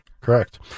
correct